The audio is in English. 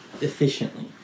efficiently